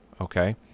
okay